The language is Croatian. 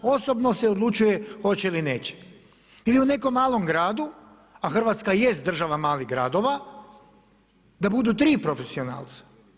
Osobno se odlučuje hoće li ili neće ili u nekom malom gradu, a Hrvatska jest država malih gradova da budu tri profesionalca.